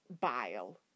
bile